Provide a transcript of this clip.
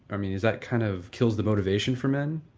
i mean is that kind of kills the motivation for men?